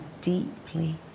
deeply